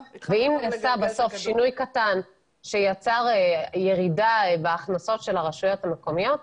ואם נעשה בסוף שינוי קטן שיצר ירידה בהכנסות של הרשויות המקומיות,